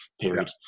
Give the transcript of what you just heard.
period